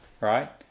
right